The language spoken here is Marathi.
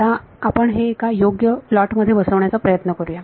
आता आपण हे एका योग्य प्लॉट मध्ये बसवण्याचा प्रयत्न करूया